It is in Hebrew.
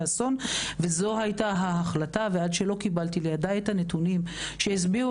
זו הייתה ההחלטה ועד שלא קבלתי לידי את הנתונים שהשביעו